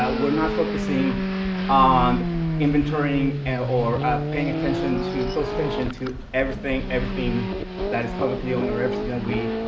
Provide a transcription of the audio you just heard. we're not focusing on inventorying and or paying attention to. close attention to everything everything that is publicly-owned or everything that we